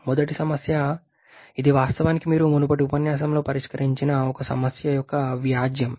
మొదటి సమస్య ఇది వాస్తవానికి మీరు మునుపటి ఉపన్యాసంలో పరిష్కరించిన ఒక సమస్య యొక్క వ్యాజ్యం